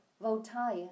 Voltaire